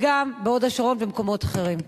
וגם בהוד-השרון ובמקומות אחרים.